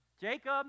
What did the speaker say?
Jacob